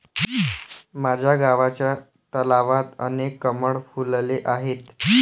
माझ्या गावच्या तलावात अनेक कमळ फुलले आहेत